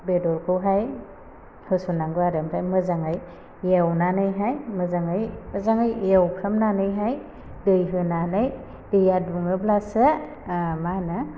बेदरखौहाय होसन नांगौ आरो आमफ्राय मोजाङै एवनानैहाय मोजाङै मोजाङै एवफ्रामनानैहाय दै होनानै दैआ दुङोब्लासो मा होनो